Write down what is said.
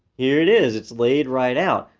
here it is. it's laid right out.